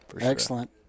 Excellent